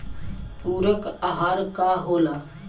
पुरक अहार का होला?